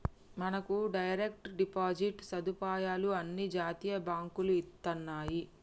మనకు direct deposit సదుపాయాలు అన్ని జాతీయ బాంకులు ఇత్తన్నాయి